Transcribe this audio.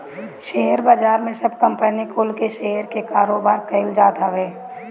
share बाजार में सब कंपनी कुल के शेयर के कारोबार कईल जात हवे